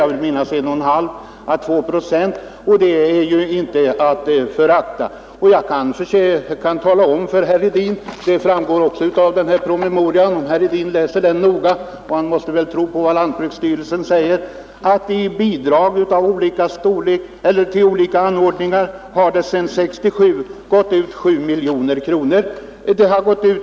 Jag vill minnas att det rör sig om en skillnad på 1,5 å 2 procent, och det är inte att förakta. Och jag kan tala om för herr Hedin — det framgår också av den promemoria jag nämnde, om herr Hedin läser den noga, och han måste väl tro på vad lantbruksstyrelsen säger — att i bidrag till olika anordningar har sedan 1967 utgått 7 miljoner kronor.